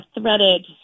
threaded